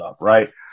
right